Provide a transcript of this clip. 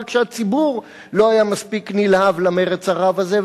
רק שהציבור לא היה מספיק נלהב למרץ הרב הזה,